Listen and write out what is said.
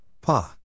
Pa